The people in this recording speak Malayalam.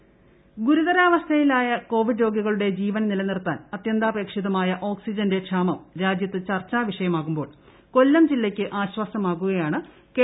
എൽ ഓക്സിജൻ പ്താന്റ് ഇൻട്രോ ഗുരുതരാവസ്ഥയിലായ കൊവിഡ് രോഗികളുടെ ജീവൻ നിലനിർത്താൻ അത്യന്താപേക്ഷിതമായ ഓക്സിജന്റെ ക്ഷാമം രാജ്യത്ത് ചർച്ചാവിഷയമാകുമ്പോൾ കൊല്ലം ജില്ലയ്ക്ക് ആശ്വാസമാകുകയാണ് കെ